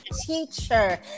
teacher